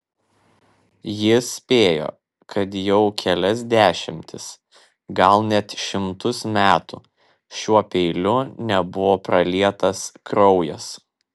jis spėjo kad jau kelias dešimtis gal net šimtus metų šiuo peiliu nebuvo pralietas kraujas